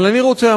אבל אני רוצה,